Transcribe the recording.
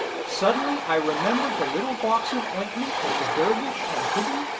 suddenly i remembered the little box of ointment that the dervish had hidden,